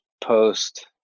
post